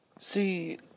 See